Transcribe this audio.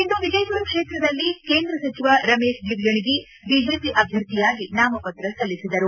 ಇಂದು ವಿಜಯಪುರ ಕ್ಷೇತ್ರದಲ್ಲಿ ಕೇಂದ್ರ ಸಚಿವ ರಮೇತ್ ಜಿಗಜಿಣಗಿ ಬಿಜೆಪಿ ಅಭ್ಯರ್ಥಿಯಾಗಿ ನಾಮಪತ್ರ ಸಲ್ಲಿಸಿದರು